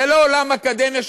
זה לא עולם האקדמיה,